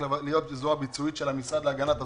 להיות זרוע ביצועית של המשרד להגנת הסביבה.